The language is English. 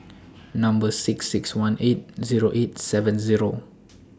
Number six six one eight Zero eight seven Zero